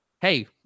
Hey